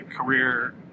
career